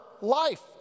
life